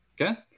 Okay